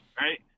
right